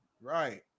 Right